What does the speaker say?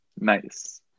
nice